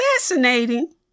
fascinating